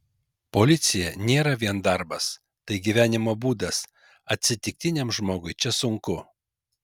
policija nėra vien darbas tai gyvenimo būdas atsitiktiniam žmogui čia sunku